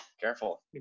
careful